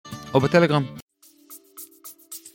או בטלגרם.